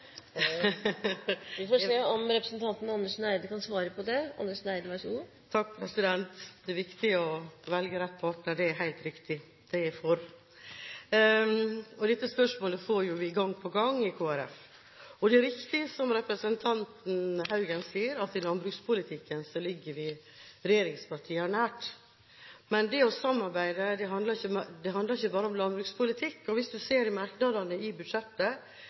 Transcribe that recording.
Vi får se om representanten Andersen Eide kan svare på det. Det er viktig å velge rett partner – det er helt riktig, og det er jeg for. Dette spørsmålet får vi jo gang på gang i Kristelig Folkeparti. Det er riktig, som representanten Haugen sier, at i landbrukspolitikken ligger vi nær regjeringspartiene. Men det å samarbeide handler ikke bare om landbrukspolitikk. Hvis en ser på merknadene til budsjettet, ser en at vi er et typisk sentrumsparti. Vi kan legge oss inn i merknadene